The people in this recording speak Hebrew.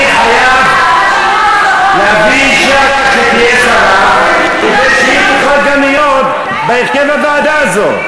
אני חייב להביא אישה שתהיה שרה כדי שהיא תוכל להיות בהרכב הוועדה הזאת.